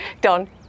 Don